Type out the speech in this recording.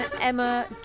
Emma